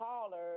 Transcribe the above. caller